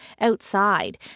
Outside